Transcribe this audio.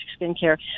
skincare